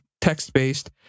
text-based